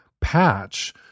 patch